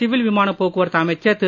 civil விமானப் போக்குவரத்து அமைச்சர் திரு